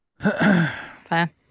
Fair